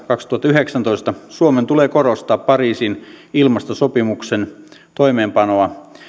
kaksituhattayhdeksäntoista suomen tulee korostaa pariisin ilmastosopimuksen toimeenpanoa